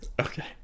Okay